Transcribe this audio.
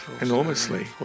enormously